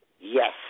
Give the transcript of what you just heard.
Yes